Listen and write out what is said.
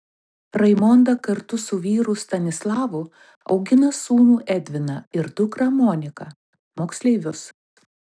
raimonda kartu su vyru stanislavu augina sūnų edviną ir dukrą moniką moksleivius